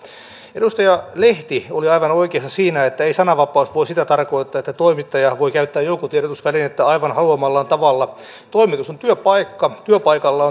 edustaja lehti oli aivan oikeassa siinä että ei sananvapaus voi sitä tarkoittaa että toimittaja voi käyttää joukkotiedotusvälinettä aivan haluamallaan tavalla toimitus on työpaikka työpaikalla